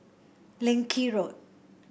Leng Kee Road